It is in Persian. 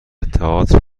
تئاتر